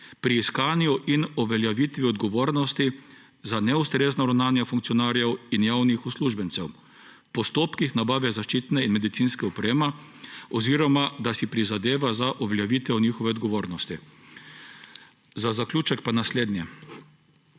pri iskanju in uveljavitvi odgovornosti za neustrezno ravnanje funkcionarjev in javnih uslužbencev v postopkih nabave zaščitne in medicinske opreme, oziroma da si prizadeva za uveljavitev njihove odgovornosti. Za zaključek pa naslednje.